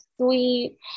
sweet